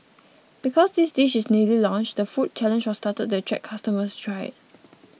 because this dish is newly launched the food challenge was started to attract customers to try it